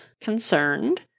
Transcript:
concerned